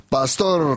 Pastor